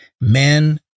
Men